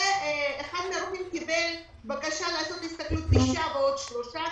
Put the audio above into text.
אחד מהרופאים קיבל בקשה לעשות הסתכלות תשעה ועוד שלושה,